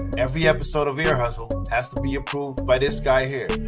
every episode of ear hustle has to be approved by this guy here